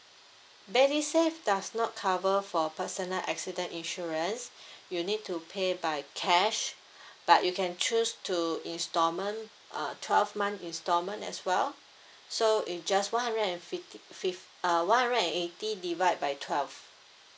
does not cover for personal accident insurance you need to pay by cash but you can choose to installment uh twelve months installment as well so in just one hundred and fifty fifth uh one hundred and eighty divide by twelve